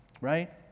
right